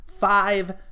five